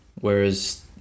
whereas